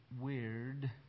weird